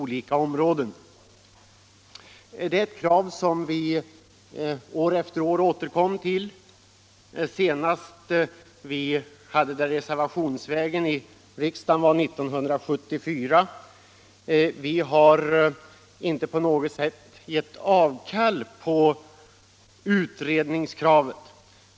Det är ett krav som vi sedan år efter år återkommit till — senast skedde det genom en reservation år 1974. Vi har inte på något sätt gett avkall på utredningskravet.